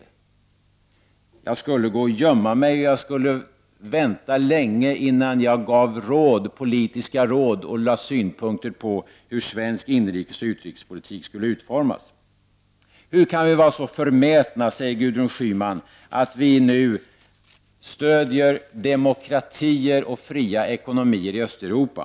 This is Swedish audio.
I en sådan situation skulle jag gå och gömma mig, och jag skulle vänta länge innan jag gav politiska råd och lade fram synpunkter på hur svensk inrikesoch utrikespolitik skall utformas. Gudrun Schyman frågar hur vi kan vara så förmätna att vi nu stöder demokratier och fria ekonomier i Östeuropa.